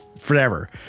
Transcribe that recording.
forever